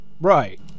Right